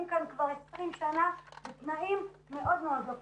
כאן כבר 20 שנה בתנאים מאוד-מאוד לא פשוטים.